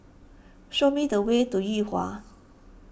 show me the way to Yuhua